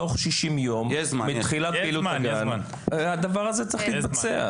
תוך 60 ימים הדבר הזה צריך להתבצע.